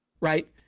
right